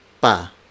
pa